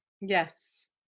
yes